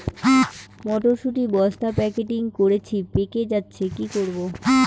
মটর শুটি বস্তা প্যাকেটিং করেছি পেকে যাচ্ছে কি করব?